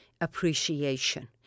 appreciation